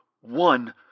one